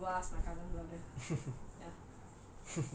அம்மா கூடவா:amma koodavaa or if my father don't want